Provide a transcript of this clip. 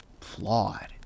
flawed